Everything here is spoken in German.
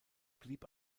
blieb